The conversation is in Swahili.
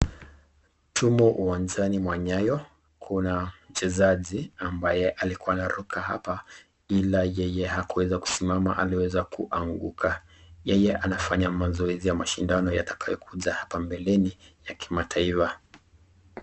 Timu uwanjani mwa nyayo, kuna mchezaji ambaye alikuwa anaruka hapa, ila yeye hakuweza kusimama aliweza kuanguka. Yeye anafanya mazoezi ya mashindano yatakayo kuja hapa mbeleni ya kimataifa.